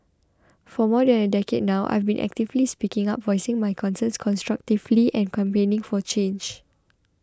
for more than a decade now I've been actively speaking up voicing my concerns constructively and campaigning for change